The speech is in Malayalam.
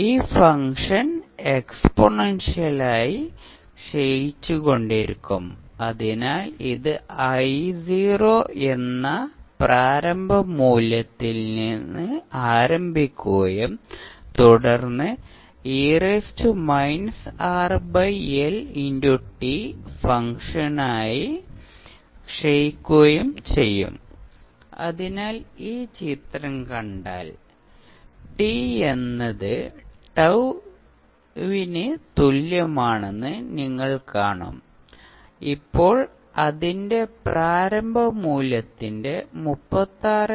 ഈ ഫംഗ്ഷൻ എക്സ്പോണൻഷ്യലി ക്ഷയിച്ചുകൊണ്ടിരിക്കും അതിനാൽ ഇത് i0 എന്ന പ്രാരംഭ മൂല്യത്തിൽ ആരംഭിക്കുകയും തുടർന്ന് ഫംഗ്ഷനുമായി ക്ഷയിക്കുകയും ചെയ്യും അതിനാൽ ഈ ചിത്രം കണ്ടാൽ t എന്നത് ടൌ ന് തുല്യമാണെന്ന് നിങ്ങൾ കാണും ഇപ്പോൾ അതിന്റെ പ്രാരംഭ മൂല്യത്തിന്റെ 36